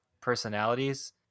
personalities